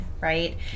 right